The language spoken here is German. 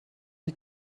die